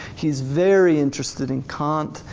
he's very interested in kant,